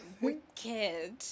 wicked